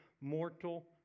mortal